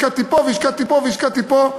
השקעתי פה והשקעתי פה והשקעתי פה.